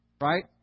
right